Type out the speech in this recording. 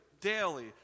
daily